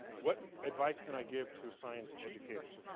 what advice can i give to science educators?